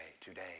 today